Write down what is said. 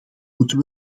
moeten